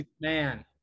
Man